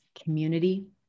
community